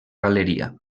galeria